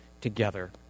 together